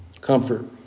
Comfort